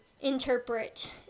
interpret